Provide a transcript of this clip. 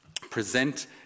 present